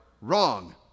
wrong